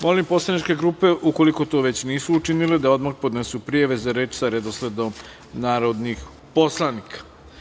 Molim poslaničke grupe, ukoliko to već nisu učinile, da odmah podnesu prijave za reč sa redosledom narodnih poslanika.